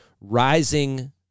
Rising